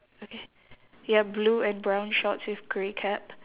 okay ya blue and brown shorts with grey cap